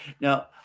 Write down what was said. now